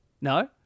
No